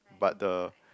but the